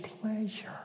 pleasure